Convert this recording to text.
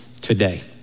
today